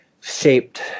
shaped